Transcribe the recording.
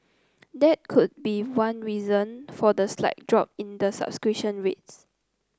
that could be one reason for the slight drop in the subscription rates